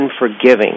unforgiving